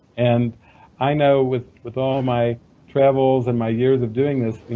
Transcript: and i know with with all my travels and my years of doing this,